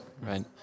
right